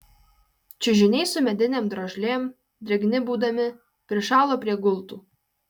čiužiniai su medinėm drožlėm drėgni būdami prišalo prie gultų